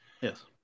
Yes